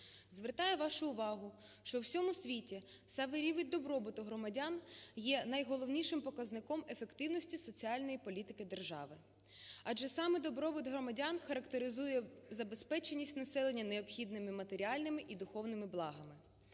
Звертаю вашу увагу, що в усьому світі саме рівень добробуту громадян є найголовнішим показником ефективності соціальної політики держави. Адже саме добробут громадян характеризує забезпеченість населення необхідними матеріальними і духовними благами.